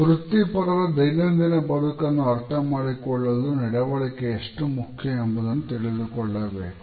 ವೃತ್ತಿಪರರ ದೈನಂದಿನ ಬದುಕನ್ನು ಅರ್ಥ ಮಾಡಿಕೊಳ್ಳಲು ನಡವಳಿಕೆ ಎಷ್ಟು ಮುಖ್ಯ ಎಂಬುದನ್ನು ತಿಳಿದುಕೊಳ್ಳಬೇಕು